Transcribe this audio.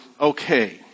okay